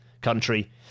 country